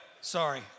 Sorry